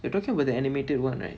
you're talking about the animated [one] right